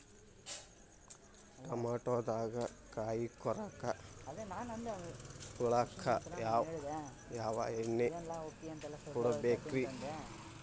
ಟಮಾಟೊದಾಗ ಕಾಯಿಕೊರಕ ಹುಳಕ್ಕ ಯಾವ ಎಣ್ಣಿ ಹೊಡಿಬೇಕ್ರೇ?